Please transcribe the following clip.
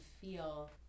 feel